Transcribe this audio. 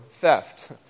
theft